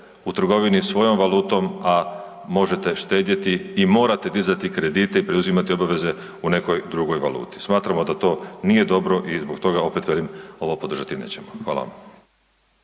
u trgovini svojom valutom, a možete štedjeti i morate dizati kredite i preuzimati obveze u nekoj drugoj valuti. Smatramo da to nije dobro i zbog toga opet velim, ovo podržati nećemo. Hvala vam.